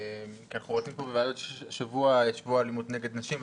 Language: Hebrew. אנחנו רצים פה בשבוע אלימות נגד נשים,